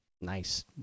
nice